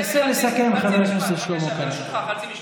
נסה לסכם, חבר הכנסת שלמה קרעי.